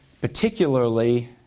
particularly